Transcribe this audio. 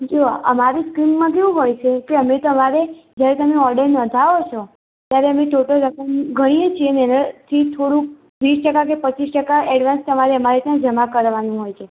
જુઓ અમારી સ્કીમમાં કેવું હોય છે કે અમે સવારે જ્યારે તમે ઓર્ડર નોંધાવો છો ત્યારે અમે ટોટલ રકમ કહીએ છીએ અને એમાંથી થોડુક વીસ ટકા કે પચ્ચીસ ટકા એડવાન્સ તમારે ત્યાં જમા કરાવવાનું હોય છે